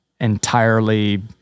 entirely